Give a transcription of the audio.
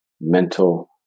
mental